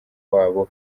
wabo